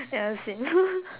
ya same